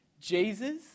Jesus